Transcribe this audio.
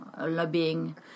lobbying